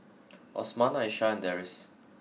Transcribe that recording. Osman Aisyah and Deris